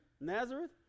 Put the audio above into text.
Nazareth